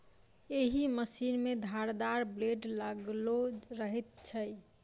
एहि मशीन मे धारदार ब्लेड लगाओल रहैत छै